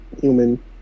human